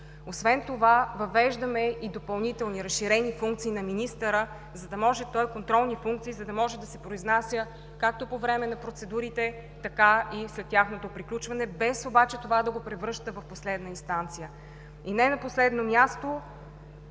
Освен това въвеждаме и допълнителни, разширени контролни функции на министъра, за да може да се произнася както по време на процедурите, така и след тяхното приключване, без обаче това да го превръща в последна инстанция. И не на последно място,